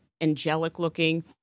angelic-looking